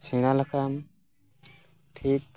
ᱥᱮᱲᱟ ᱞᱮᱠᱷᱟᱡ ᱮᱢ ᱴᱷᱤᱠ